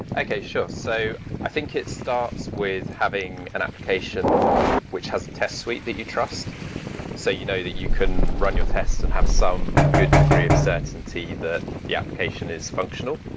okay. sure. so i think it starts with having an application which has test suite that you trust so you know that you can run your tests and have some degree of certainty that the application is functional.